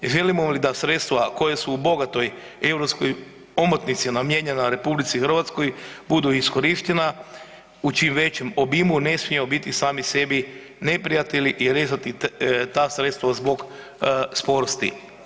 Želimo li da sredstva koja su u bogatoj europskoj omotnici namijenjena Republici Hrvatskoj budu iskorištena u čim većem obimu ne smijemo biti sami sebi neprijatelji i rezati ta sredstva zbog sporosti.